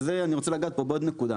אני רוצה לגעת פה בעוד נקודה.